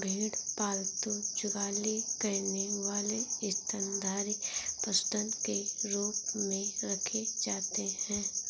भेड़ पालतू जुगाली करने वाले स्तनधारी पशुधन के रूप में रखे जाते हैं